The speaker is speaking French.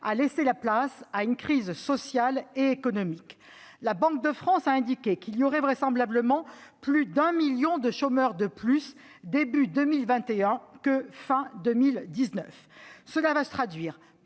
a laissé la place à une crise sociale et économique. La Banque de France a indiqué qu'il y aurait vraisemblablement plus d'un million de chômeurs de plus début 2021 qu'il y en avait fin 2019. Cela va se traduire